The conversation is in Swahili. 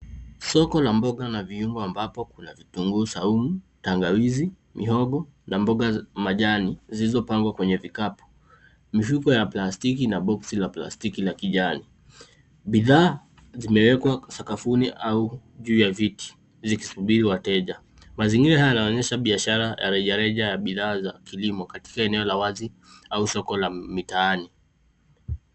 Soko la mboga na viungo ambapo kuna vitunguu saumu, tangawizi, mihogo na mboga za majani zilizopangwa kwenye vikapu. Mifuko ya plastiki na boksi la plastiki la kijani. Bidhaa zimewekwa sakafuni au juu ya viti zikisubiri wateja. Mazingira haya yanaonyesha biashara ya rejareja ya bidhaa za kilimo katika eneo la wazi au soko la mitaani.